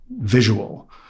visual